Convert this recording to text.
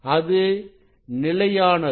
அது நிலையானது